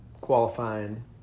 qualifying